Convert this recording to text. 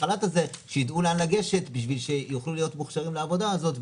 החל"ת הזה שיידעו לאן לגשת בשביל שיוכלו להיות מוכשרים לעבודה הזאת,